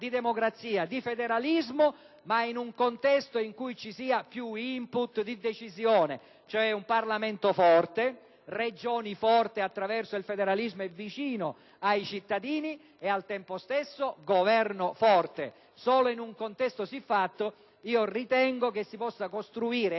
di democrazia, di federalismo, ma in un contesto in cui ci siano più *input* di decisione, cioè un Parlamento forte, Regioni forti attraverso il federalismo e vicine ai cittadini e al tempo stesso un Governo forte. Solo in un contesto siffatto ritengo che si possa costruire